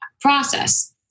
process